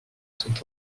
sont